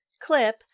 clip